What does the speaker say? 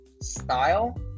style